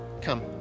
come